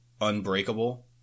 unbreakable